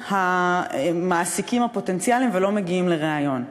המעסיקים הפוטנציאליים ולא מזמינים לריאיון.